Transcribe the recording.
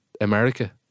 America